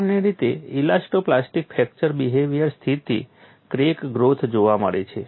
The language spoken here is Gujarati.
સામાન્ય રીતે ઇલાસ્ટો પ્લાસ્ટિક ફ્રેક્ચર બિહેવીઅરમાં સ્થિર ક્રેક ગ્રોથ જોવા મળે છે